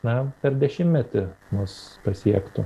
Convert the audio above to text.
na per dešimtmetį mus pasiektų